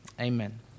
Amen